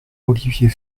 olivier